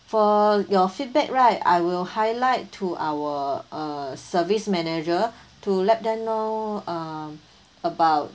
for your feedback right I will highlight to our uh service manager to let them know um about